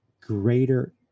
greater